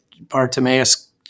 Bartimaeus